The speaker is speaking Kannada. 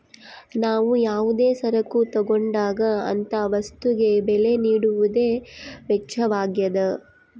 ನಾವು ಯಾವುದೇ ಸರಕು ತಗೊಂಡಾಗ ಅಂತ ವಸ್ತುಗೆ ಬೆಲೆ ನೀಡುವುದೇ ವೆಚ್ಚವಾಗ್ಯದ